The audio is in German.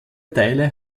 teile